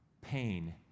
pain